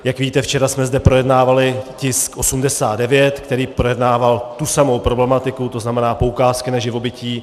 Jak víte, včera jsme zde projednávali tisk 89, který projednával tu samou problematiku, tzn. poukázky na živobytí.